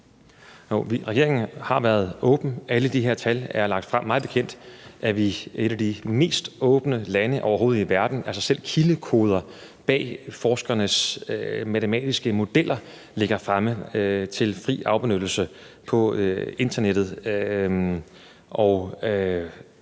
Regeringen har været åben. Alle de her tal er lagt frem. Mig bekendt er vi et af de mest åbne lande overhovedet i verden – altså selv kildekoder bag forskernes matematiske modeller ligger fremme til fri afbenyttelse på internettet.